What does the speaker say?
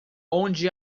onde